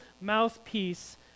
mouthpiece